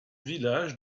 village